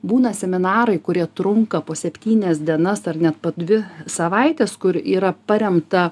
būna seminarai kurie trunka po septynias dienas ar net po dvi savaites kur yra paremta